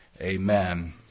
Amen